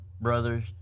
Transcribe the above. brothers